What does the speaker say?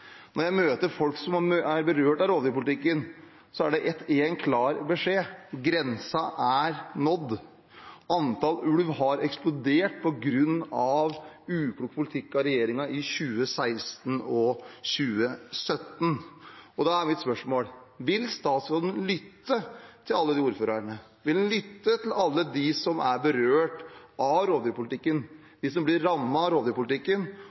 Når jeg møter folk som er berørt av rovdyrpolitikken, er det én klar beskjed: Grensen er nådd. Antall ulv har eksplodert på grunn av uklok politikk fra regjeringen i 2016 og 2017. Da er mitt spørsmål: Vil statsråden lytte til alle de ordførerne? Vil han lytte til alle som er berørt av rovdyrpolitikken, de som blir rammet av rovdyrpolitikken?